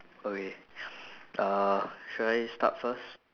okay uh should I start first